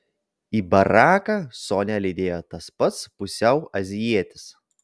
į baraką sonią lydėjo tas pats pusiau azijietis